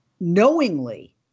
knowingly